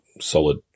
solid